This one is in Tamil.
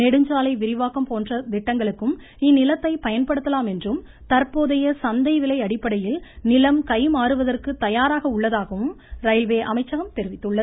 நெடுஞ்சாலை விரிவாக்கம் போன்ற திட்டங்களுக்கும் இந்நிலத்தை பயன்படுத்தலாம் என்றும் தற்போதைய சந்தை விலை அடிப்படையில் நிலம் கை மாறுவதற்கு தயாராக உள்ளதாகவும் ரயில்வே அமைச்சகம் தெரிவித்துள்ளது